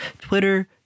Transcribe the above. Twitter